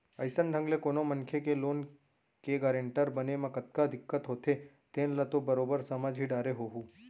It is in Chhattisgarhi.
अइसन ढंग ले कोनो मनखे के लोन के गारेंटर बने म कतका दिक्कत होथे तेन ल तो बरोबर समझ ही डारे होहूँ